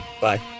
Bye